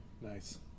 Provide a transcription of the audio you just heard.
Nice